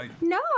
No